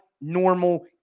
normal